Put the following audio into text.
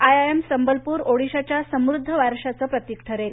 I I M Sambalpur ओडिशाच्या समृद्ध वारश्याचे प्रतीक ठरेल